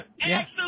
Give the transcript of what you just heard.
Excellent